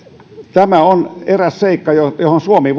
tämä on eräs seikka johon johon suomi